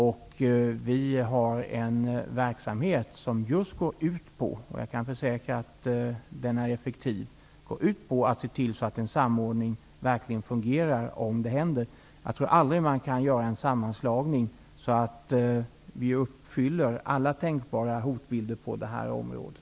Rådet för räddningstjänst har en verksamhet som just går ut på -- och jag kan försäkra att den är effektiv -- att se till att en samordning verkligen fungerar om något inträffar. Jag tror aldrig att en sammanslagning kan motverka alla tänkbara hotbilder på det här området.